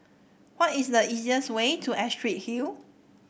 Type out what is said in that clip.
what is the easiest way to Astrid Hill